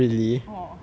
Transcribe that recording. orh